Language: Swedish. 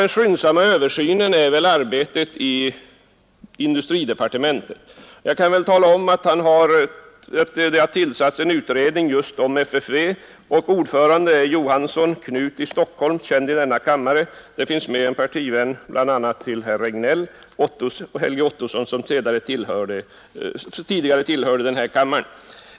Den skyndsamma översynen avser väl arbetet i industridepartementet. Jag kan nämna att det har tillsatts en utredning om FFV; ordförande är herr Knut Johansson i Stockholm, känd i denna kammare, och vidare ingår bl.a. en partikamrat till herr Regnéll, Holge Ottosson, som var ledamot av första kammaren.